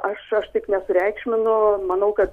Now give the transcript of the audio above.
aš aš taip nesureikšminu manau kad